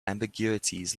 ambiguities